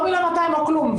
או מיליון ו-200 אלף או כלום,